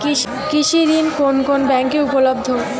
কৃষি ঋণ কোন কোন ব্যাংকে উপলব্ধ?